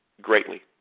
greatly